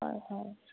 হয় হয়